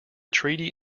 treaty